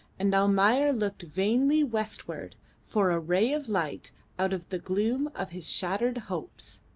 and almayer looked vainly westward for a ray of light out of the gloom of his shattered hopes.